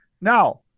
Now